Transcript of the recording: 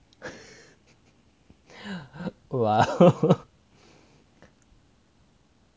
!wow!